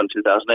2008